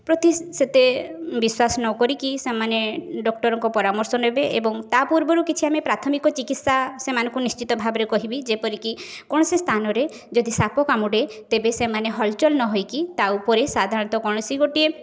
ପ୍ରତି ସେତେ ବିଶ୍ଵାସ ନ କରିକି ସେମାନେ ଡାକ୍ତରଙ୍କ ପରାମର୍ଶ ନେବେ ଏବଂ ତାପୂର୍ବରୁ କିଛି ଆମେ ପ୍ରାଥମିକ ଚିକିତ୍ସା ସେମାନଙ୍କୁ ନିଶ୍ଚିତ ଭାବରେ କହିବି ଯେପରିକି କୌଣସି ସ୍ଥାନରେ ଯଦି ସାପ କାମୁଡ଼େ ତେବେ ସେମାନେ ହଲ୍ଚଲ୍ ନ ହୋଇକି ତା ଉପରେ ସାଧାରଣତଃ କୌଣସି ଗୋଟିଏ